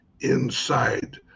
inside